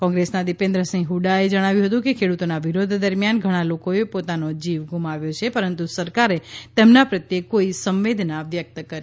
કોંગ્રેસના દિપેન્દ્રસિંહ હૂડાએ જણાવ્યું હતું કે ખેડુતોના વિરોધ દરમિયાન ઘણાં લોકોએ પોતાનો જીવ ગુમાવ્યો છે પરંતુ સરકારે તેમના પ્રત્યે કોઈ સંવેદના વ્યક્ત કરી નથી